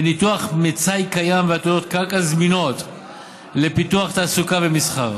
וניתוח מצאי קיים ועתודות קרקע זמינות לפיתוח תעסוקה ומסחר,